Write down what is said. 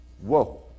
Whoa